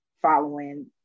following